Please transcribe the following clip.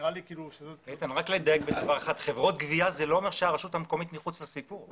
רק לדייק: חברות גבייה זה לא אומר שהרשות המקומית מחוץ לסיפור.